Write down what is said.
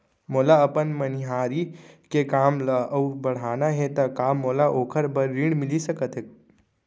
मोला अपन मनिहारी के काम ला अऊ बढ़ाना हे त का मोला ओखर बर ऋण मिलिस सकत हे?